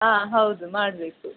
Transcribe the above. ಹಾಂ ಹೌದು ಮಾಡಬೇಕು